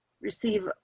receive